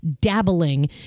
dabbling